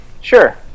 Sure